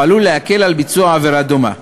או עלול להקל ביצוע עבירה דומה.